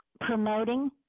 promoting